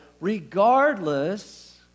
regardless